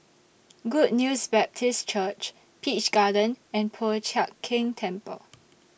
Good News Baptist Church Peach Garden and Po Chiak Keng Temple